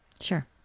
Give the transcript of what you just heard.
Sure